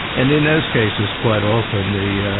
and in those cases quite often the.